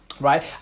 right